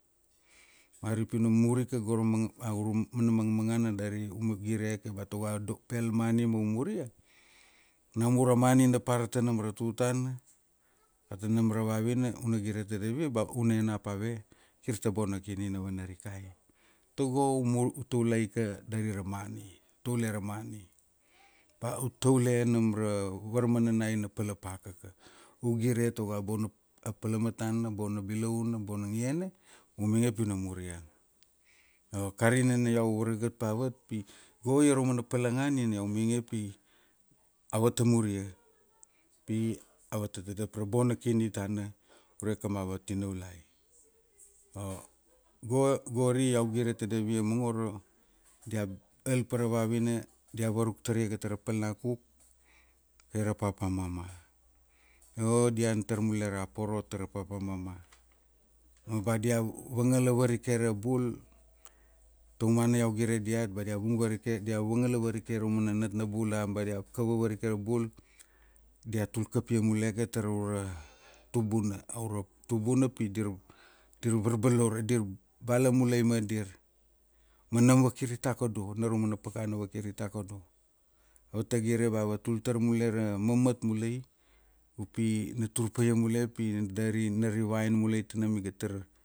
Ari pi u mur ika go ra mana aura mangamangana dari una gireke ba tago pelman i murmuria, namur a mani na par tanam ra tutana, ba tanam ra vavina una gire tadav ia ba una enap ave, kir ta bona kini na vanarikai, togo u mur ra taulaika dari ra mani, taule ra mani. Ba u taule nam ra varmananai na palapaka u gire togo a bona palamatana, bona bilauna, a bona ngiene, u mainge pi una muria. A kari nina iau varagat pa avat pi go ia raumana palanga nina iau mainge upi avata muria, pi, avata tadap ra bona kini tana ure kamava tinaulai. Go gori iau gire tadavia mongoro dia al pa ra vavina dia varuk tariaga tara pal na kuk kai ra papa mama. Io dia al tar mule ra poro tara papa mama. Ma ba dia vangala varike ra bul, taumana iau gire diat ba dia vung varike dia vangala varike raumana natnabul dari ba dia kava varike ra bul dia tul kapia muleke tara aurua tubuna, aura tubuna pi dir, dir varbalaure, dir bala mulai ma dir ma nam vakiri takodo na raumana pakana vakiri takodo. Avata gire ba va tul tar mule ra mamat upi na tur pa ia mu pi dari na rivain mulai tanam iga tar.